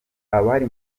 abari